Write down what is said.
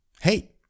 Hey